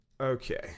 Okay